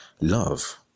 love